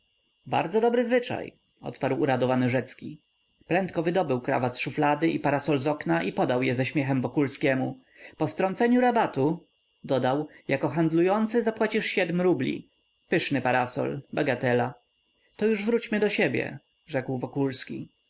bardzo dobry zwyczaj odparł uradowany rzecki prędko wydobył krawat z szuflady i parasol z okna i podał je ze śmiechem wokulskiemu po strąceniu rabatu dodał jako handlujący zapłacisz siedm rubli pyszny parasol bagatela to już wróćmy do ciebie rzekł wokulski